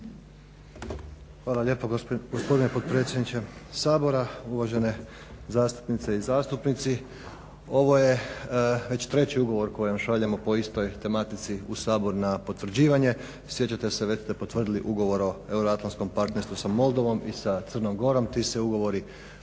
Hvala lijepo gospodine potpredsjedniče Sabora, uvažene zastupnice i zastupnici. Ovo je već treći ugovor koji šaljemo po istoj tematici u Sabor na potvrđivanje. Sjećate se već ste potvrdili ugovor o euroatlantskom partnerstvu sa Moldovom i sa Crnom Gorom. Ti se ugovori